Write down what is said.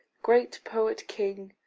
great poet-king,